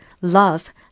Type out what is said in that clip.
love